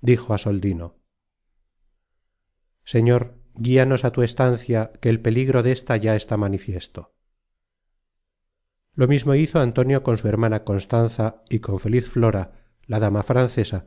dijo á soldino señor guíanos á tu estancia que el peligro desta ya está manifiesto lo mismo hizo antonio con su hermana constanza y con feliz flora la dama francesa